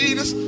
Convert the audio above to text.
Jesus